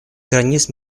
границ